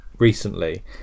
recently